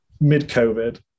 mid-COVID